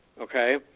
okay